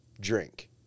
drink